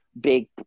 big